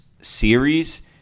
series